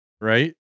right